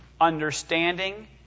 understanding